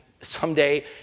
someday